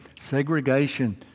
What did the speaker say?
segregation